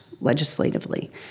legislatively